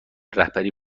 رهبری